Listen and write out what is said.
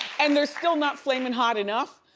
and they're still not flaming hot enough,